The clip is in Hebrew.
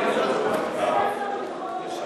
1 26